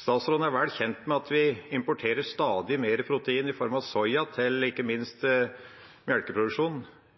Statsråden er vel kjent med at vi importerer stadig mer protein i form av soya fra Brasil, ikke minst